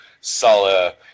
Sala